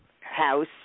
house